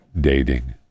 dating